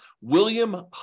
William